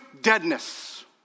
deadness